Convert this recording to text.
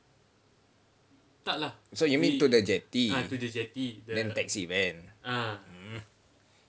so you mean to the jetty then taxi van mm